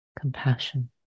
compassion